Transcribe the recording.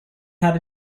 had